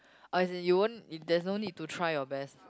oh as in you won't there's no need to try your best